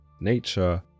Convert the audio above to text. nature